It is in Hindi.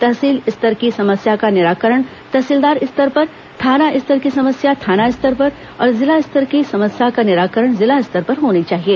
तहसील स्तर की समस्या का निराकरण तहसीलदार स्तर पर थाना स्तर की समस्या थाना स्तर पर और जिला स्तर की समस्या का निराकरण जिला स्तर पर होना चाहिए